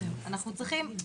אנחנו צריכים,